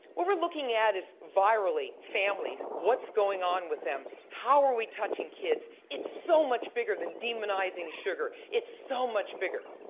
what we're looking at is virally, families, what's going on with them? how are wetouching kids? it's so much bigger than demonizing sugar. it's so much bigger,